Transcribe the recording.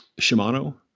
Shimano